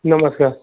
नमस्कार